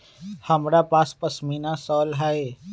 हमरा पास पशमीना शॉल हई